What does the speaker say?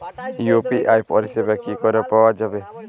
UPI পরিষেবা কি করে পাওয়া যাবে?